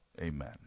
Amen